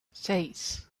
seis